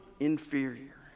inferior